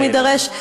אם יידרש,